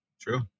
True